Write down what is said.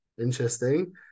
interesting